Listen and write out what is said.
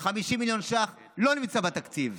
50 מיליון שקל, לא נמצא בתקציב,